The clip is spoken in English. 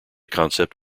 concept